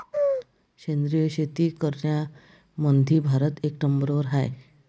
सेंद्रिय शेती करनाऱ्याईमंधी भारत एक नंबरवर हाय